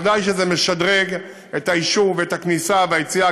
ודאי שזה משדרג את היישוב ואת הכניסה והיציאה,